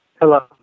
hello